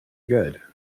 good